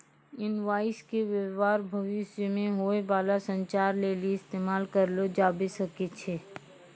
invoice के व्य्वहार भविष्य मे होय बाला संचार लेली इस्तेमाल करलो जाबै सकै छै